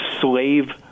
slave